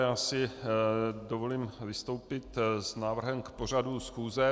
Já si dovolím vystoupit s návrhem k pořadu schůze.